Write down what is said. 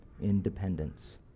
independence